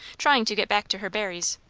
trying to get back to her berries.